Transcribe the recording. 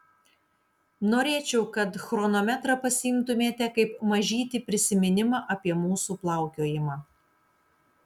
norėčiau kad chronometrą pasiimtumėte kaip mažytį prisiminimą apie mūsų plaukiojimą